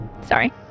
Sorry